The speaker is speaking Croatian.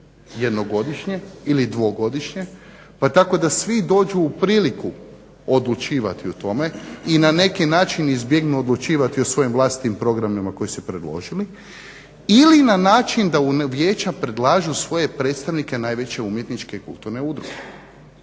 jednogodišnje ili dvogodišnje pa tako da svi dođu u priliku odlučivati o tome i na neki način izbjegnu odlučivati o svojim vlastitim programima koje su predložili ili na način da u vijeća predlažu svoje predstavnike najveće umjetničke kulturne udruge,